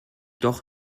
doch